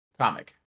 comic